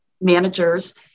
managers